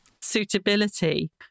suitability